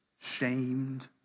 shamed